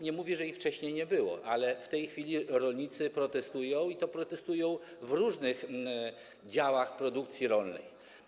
Nie mówię, że nie było ich wcześniej, ale w tej chwili rolnicy protestują, i to protestują w różnych działach produkcji rolnej.